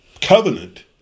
covenant